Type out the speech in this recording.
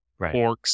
orcs